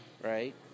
right